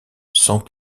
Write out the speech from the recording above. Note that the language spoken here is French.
sans